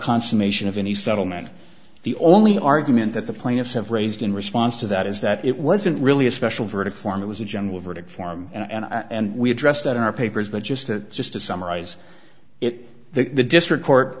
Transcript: consummation of any settlement the only argument that the plaintiffs have raised in response to that is that it wasn't really a special verdict form it was a general verdict form and we addressed that in our papers but just to just to summarize it the district court